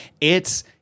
it's-